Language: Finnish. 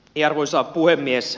arvoisa puhemies